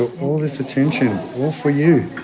all this attention all for you.